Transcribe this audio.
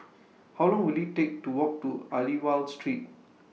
How Long Will IT Take to Walk to Aliwal Street